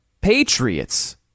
Patriots